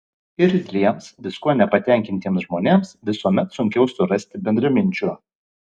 irzliems viskuo nepatenkintiems žmonėms visuomet sunkiau surasti bendraminčių